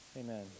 Amen